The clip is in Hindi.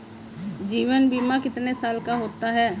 जीवन बीमा कितने साल का होता है?